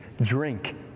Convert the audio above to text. drink